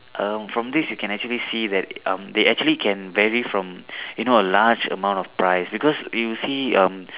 um from this you can actually see that um they actually can vary from you know a large amount of price because you see um